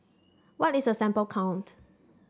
what is a sample count